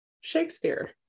Shakespeare